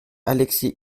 alexis